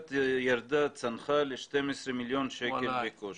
ירדה וצנחה ל-12 מיליון שקלים בקושי.